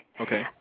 okay